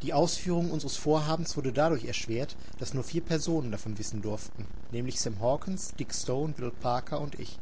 die ausführung unseres vorhabens wurde dadurch erschwert daß nur vier personen davon wissen durften nämlich sam hawkens dick stone will parker und ich